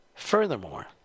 Furthermore